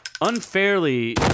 unfairly